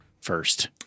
first